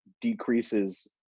decreases